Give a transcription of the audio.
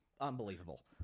unbelievable